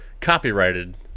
copyrighted